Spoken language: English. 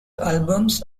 albums